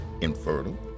infertile